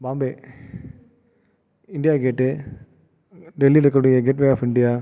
Bombay India gate டெல்லியில் இருக்கக்கூடிய gateway of India